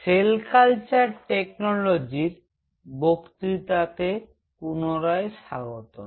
sell culture টেকনোলজির বক্তৃতাতে পুনরায় স্বাগতম